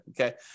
Okay